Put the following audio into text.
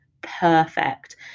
perfect